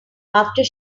after